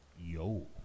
Yo